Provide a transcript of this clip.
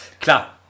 Klar